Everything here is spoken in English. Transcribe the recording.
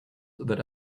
that